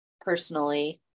personally